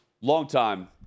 longtime